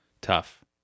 Tough